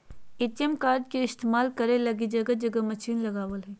ATM card के इस्तेमाल करे लगी जगह जगह मशीन लगाबल जा हइ